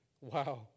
Wow